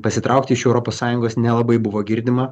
pasitraukti iš europos sąjungos nelabai buvo girdima